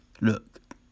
look